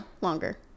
Longer